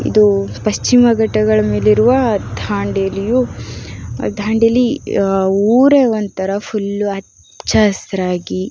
ಇದು ಪಶ್ಚಿಮ ಘಟ್ಟಗಳ ಮೇಲಿರುವ ದಾಂಡೇಲಿಯು ದಾಂಡೇಲಿ ಊರೇ ಒಂಥರ ಫುಲ್ ಹಚ್ಚ ಹಸಿರಾಗಿ